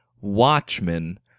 Watchmen